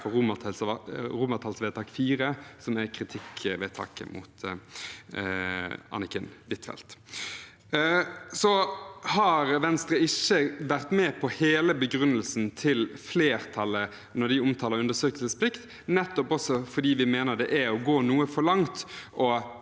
for vedtaksforslag IV, som er kritikkvedtaket mot Anniken Huitfeldt. Venstre har ikke vært med på hele begrunnelsen til flertallet når de omtaler undersøkelsesplikt, nettopp fordi vi mener det er å gå noe for langt